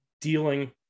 dealing